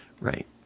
right